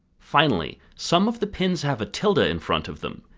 finally some of the pins have a tilde ah in front of them,